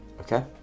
okay